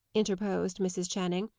interposed mrs. channing.